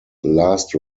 last